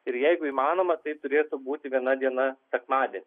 ir jeigu įmanoma tai turėtų būti viena diena sekmadienis